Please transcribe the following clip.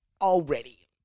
already